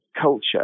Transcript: culture